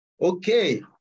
Okay